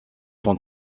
son